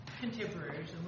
contemporaries